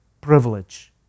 privilege